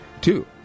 two